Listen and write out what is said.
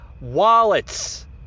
wallets